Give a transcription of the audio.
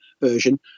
version